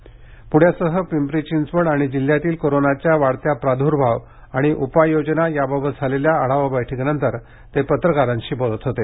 प्ण्यासह पिंपरी चिंचवड आणि जिल्ह्यातील कोरोनाच्या वाढत्या प्राद्र्भाव आणि उपाययोजना याबाबत झालेल्या आढावा बैठकीनंतर ते पत्रकारांशी बोलत होते